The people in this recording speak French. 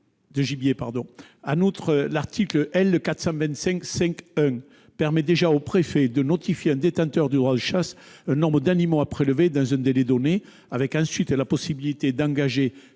En outre, l'article L. 425-5-1 permet déjà au préfet de notifier à un détenteur du droit de chasse un nombre d'animaux à prélever dans un délai donné, avec ensuite la possibilité d'engager